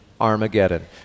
Armageddon